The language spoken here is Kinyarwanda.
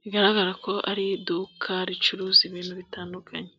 bigaragara ko ari iduka ricuruza ibintu bitandukanye.